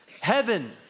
Heaven